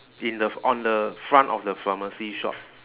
in the f~ on the front of the pharmacy shop